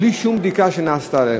בלי שום בדיקה שנעשתה להם.